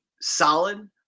solid